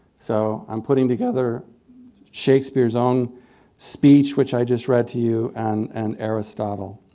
so i'm putting together shakespeare's own speech, which i just read to you, and and aristotle.